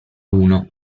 uno